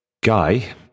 Guy